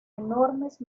enormes